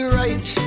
right